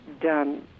done